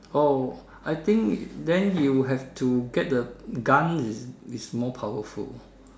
oh I think then you have to get the gun is is more powerful